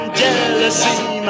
jealousy